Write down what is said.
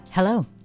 Hello